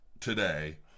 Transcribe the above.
today